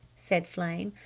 said flame.